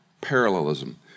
parallelism